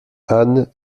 anne